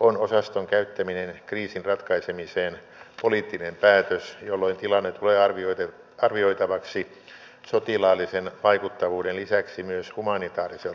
on osaston käyttäminen kriisin ratkaisemiseen poliittinen päätös jolloin tilanne tulee arvioitavaksi sotilaallisen vaikuttavuuden lisäksi myös humanitaariselta kannalta